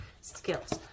skills